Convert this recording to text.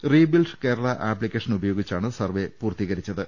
rebuild Kerala application ഉപയോഗിച്ചാണ് survey പൂർത്തീകരിച്ചത്